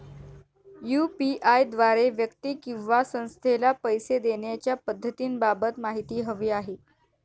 UPI द्वारे व्यक्ती किंवा संस्थेला पैसे देण्याच्या पद्धतींबाबत माहिती हवी आहे